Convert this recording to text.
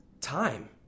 time